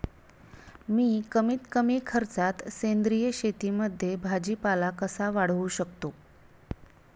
मी कमीत कमी खर्चात सेंद्रिय शेतीमध्ये भाजीपाला कसा वाढवू शकतो?